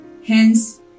Hence